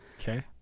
Okay